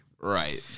Right